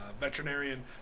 veterinarian